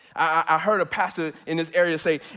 i heard a pastor in this area say,